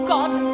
God